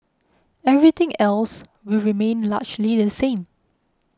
everything else will remain largely the same